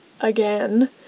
again